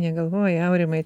negalvoja aurimai